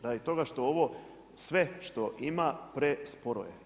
Radi toga što ovo sve što ima presporo je.